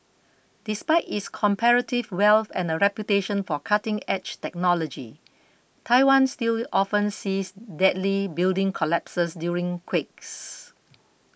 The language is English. despite its comparative wealth and a reputation for cutting edge technology Taiwan still often sees deadly building collapses during quakes